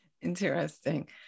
Interesting